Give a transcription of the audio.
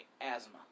asthma